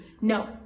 no